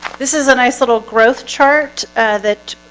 this is a nice little growth chart that